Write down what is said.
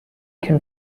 can